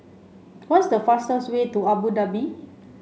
what's the fastest way to Abu Dhabi